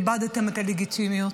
איבדתם את הלגיטימיות,